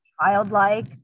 childlike